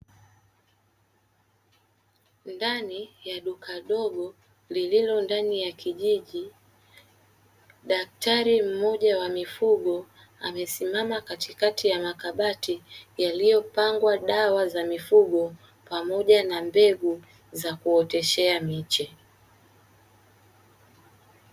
Ndani ya duka dogo lililo ndani ya kijiji, daktari mmoja wa mifugo amesimama katikati ya makabati yaliyopangwa dawa za mifugo pamoja na mbegu za kuoteshea miche.